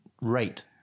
rate